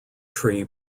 tree